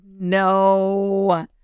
No